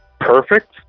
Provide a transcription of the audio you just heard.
Perfect